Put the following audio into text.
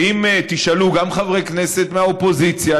ואם תשאלו גם חברי כנסת מהאופוזיציה,